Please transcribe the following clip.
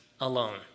alone